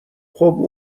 خوب